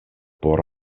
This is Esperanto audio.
por